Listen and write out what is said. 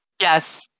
Yes